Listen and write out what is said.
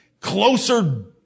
closer